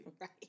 Right